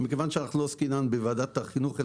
ומכיוון שלא עסקינן בוועדת החינוך,